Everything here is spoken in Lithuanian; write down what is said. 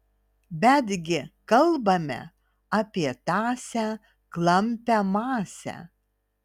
bet gi kalbame apie tąsią klampią masę